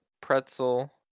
pretzel